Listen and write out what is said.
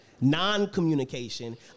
non-communication